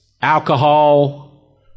alcohol